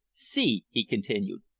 see, he continued,